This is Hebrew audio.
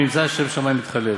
ונמצא שם שמים מתחלל.